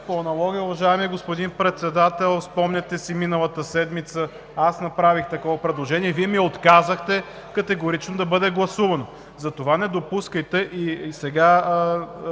По аналогия, уважаеми господин Председател, спомняте си миналата седмица аз направих такова предложение. Вие ми отказахте категорично да бъде гласувано. Затова не допускайте и сега